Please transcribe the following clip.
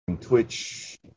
twitch